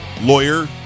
lawyer